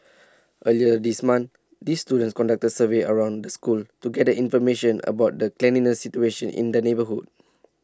earlier this month these students conducted surveys around the school to gather information about the cleanliness situation in the neighbourhood